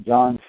John